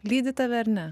lydi tave ar ne